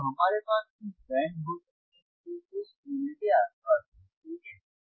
तो हमारे पास कुछ बैंड हो सकते हैं जो इस मूल्य के आसपास है ठीक है